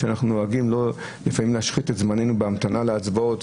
שאנחנו נוהגים לפעמים להשחית את זמננו בהמתנה להצבעות,